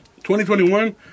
2021